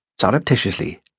Surreptitiously